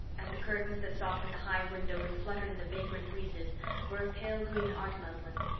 and the curtains that softened the high window and fluttered in the vagrant breezes were of pale-green art muslin.